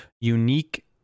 unique